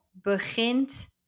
begint